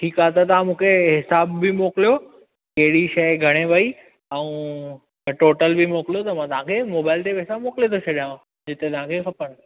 ठीकु आहे त तव्हां मूंखे हिसाब बि मोकिलियो कहिड़ी शइ घणे वई ऐं टोटल बि मोकिलियो त मां तव्हां खे मोबाइल ते पैसा मोकिले थो छॾियांव जेतिरा तव्हां खे खपनि